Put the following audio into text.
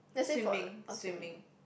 swimming swimming